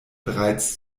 bereits